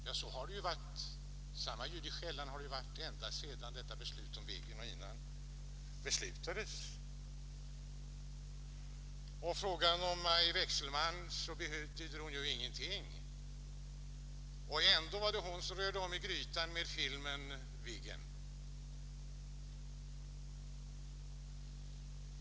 Ja, samma ljud i skällan har det varit ända sedan detta beslut om Viggen fattades — och dessförinnan. Maj Wechselmann betyder i det resonemanget ingenting. Ändå var det hon som rörde om i grytan med filmen om Viggen.